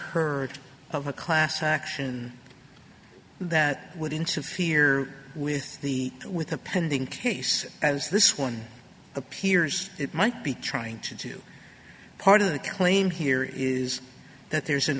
heard of a class action that would interfere with the with a pending case as this one appears it might be trying to do part of the claim here is that there's an